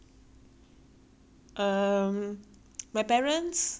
my parents when I was younger they always told me go find a rich husband